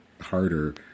harder